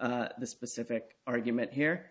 the specific argument here